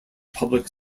public